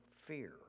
fear